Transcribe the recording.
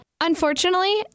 Unfortunately